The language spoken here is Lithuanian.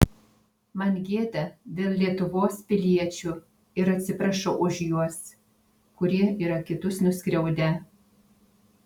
man gėda dėl lietuvos piliečių ir atsiprašau už juos kurie yra kitus nuskriaudę